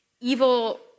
evil